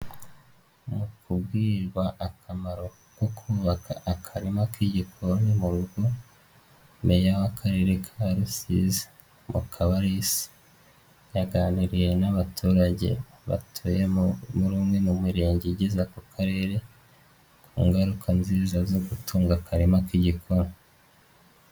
Mu kubwirwa akamaro ko kubaka akarima k'igikoni mu rugo meya w'Akarere ka Rusizi Mukabarisa yaganiriye n'abaturage batuyemo muri umwe mu mirenge igize ako karere ku ngaruka nziza zo gutunga akarima k'igikoni.